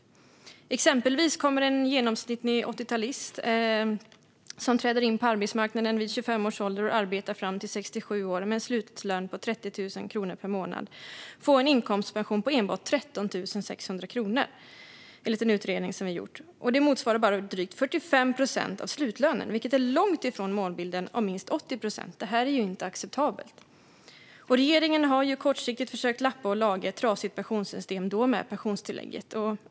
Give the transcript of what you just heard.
Enligt en utredning som vi har gjort kommer exempelvis en genomsnittlig 80-talist som träder in på arbetsmarknaden vid 25 års ålder och arbetar fram till att han eller hon är 67 år och har en slutlön på 30 000 kronor per månad att få en inkomstpension på enbart 13 600 kronor. Det motsvarar bara drygt 45 procent av slutlönen, vilket är långt ifrån målbilden om minst 80 procent. Detta är inte acceptabelt. Regeringen har kortsiktigt försökt lappa och laga i ett trasigt pensionssystem med hjälp av pensionstillägget.